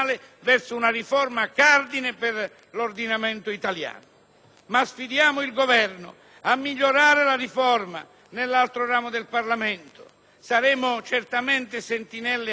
Ma sfidiamo il Governo a migliorare la riforma nell'altro ramo del Parlamento. Saremo certamente sentinelle attente per impedirne degenerazioni, settarismi